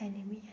enemy enemy